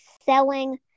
selling